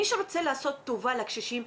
מי שרוצה לעשות טובה לקשישים,